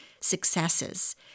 successes